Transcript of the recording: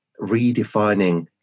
redefining